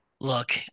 Look